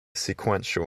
sequential